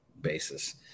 basis